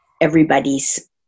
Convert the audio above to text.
everybody's